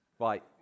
Right